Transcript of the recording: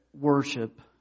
worship